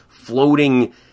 floating